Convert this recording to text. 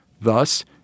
Thus